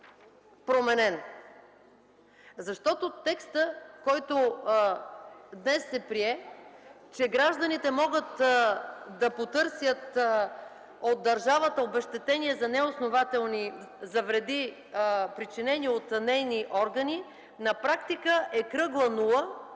променен. Защото текстът, който днес се прие – че гражданите могат да потърсят от държавата обезщетение за вреди, причинени от нейни органи, на практика е кръгла нула,